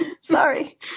Sorry